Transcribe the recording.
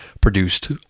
produced